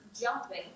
jumping